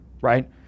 right